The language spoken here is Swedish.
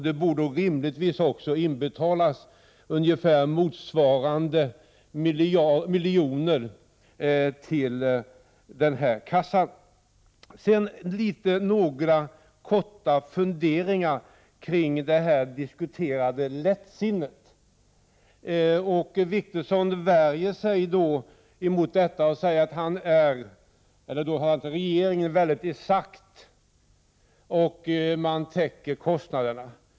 Då borde det rimligtvis också inbetalas ungefär motsvarande antal miljoner till kassan. Sedan några korta funderingar kring det här diskuterade lättsinnet. Åke Wictorsson värjer sig mot det och säger att regeringen är exakt och att den täcker kostnaderna.